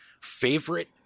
Favorite